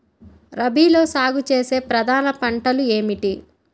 రబీలో సాగు చేసే ప్రధాన పంటలు ఏమిటి?